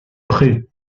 prêt